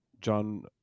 John